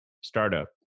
startup